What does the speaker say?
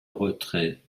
retrait